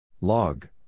Log